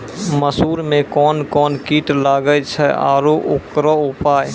मसूर मे कोन कोन कीट लागेय छैय आरु उकरो उपाय?